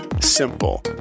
simple